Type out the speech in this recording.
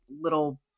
little